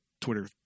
Twitter